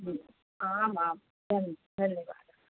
आमां धन्यः धन्यवादः